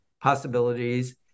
possibilities